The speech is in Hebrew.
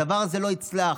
הדבר הזה לא יצלח.